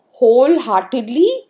wholeheartedly